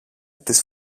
τις